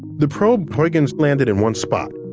the probe huygens landed in one spot.